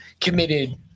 committed